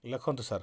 ଲେଖନ୍ତୁ ସାର୍